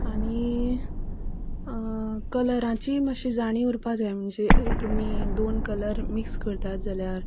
आनी कलरांची मात्शी जाणीव उरपा जाय म्हणजे तुमी दोन कलर मिक्स करतात जाल्यार